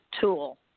tool